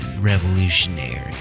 revolutionary